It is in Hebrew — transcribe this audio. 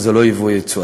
וזה לא יבוא ויצוא,